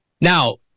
now